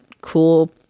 cool